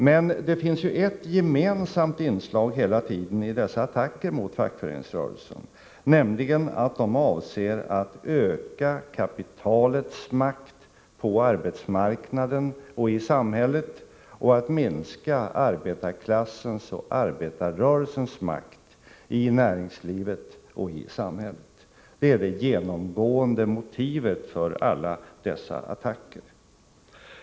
Det finns emellertid hela tiden ett gemensamt inslag i dessa attacker mot fackföreningsrörelsen, nämligen att de avser att öka kapitalets makt på arbetsmarknaden och i samhället och att minska arbetarklassens och arbetarrörelsens makt i näringslivet och i samhället. Det är det genomgående motivet för alla dessa attacker.